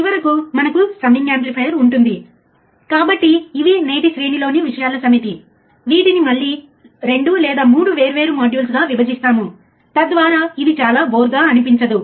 మీరు ఆపరేషనల్ యాంప్లిఫైయర్ను ఎలా ఉపయోగించవచ్చో మరియు విభిన్న పారామితులను ఎలా కనుగొనవచ్చో అర్థం చేసుకోవడానికి ఇది మీకు సహాయపడుతుంది